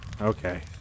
okay